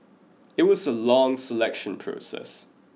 it was a long selection process